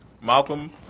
Malcolm